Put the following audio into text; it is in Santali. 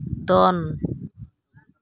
ᱫᱚᱱ